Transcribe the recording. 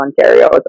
Ontario